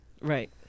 right